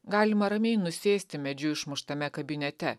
galima ramiai nusėsti medžiu išmuštame kabinete